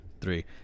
three